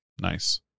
nice